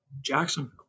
Jacksonville